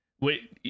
wait